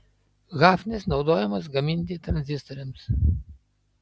hafnis naudojamas gaminti tranzistoriams